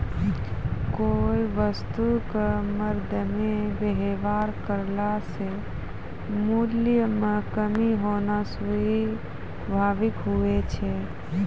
कोय वस्तु क मरदमे वेवहार करला से मूल्य म कमी होना स्वाभाविक हुवै छै